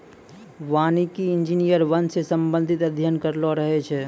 वानिकी इंजीनियर वन से संबंधित अध्ययन करलो रहै छै